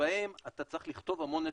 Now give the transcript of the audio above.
שבהם אתה צריך לכתוב המון נתונים,